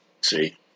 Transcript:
See